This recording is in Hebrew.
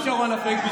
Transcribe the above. שרון אפק,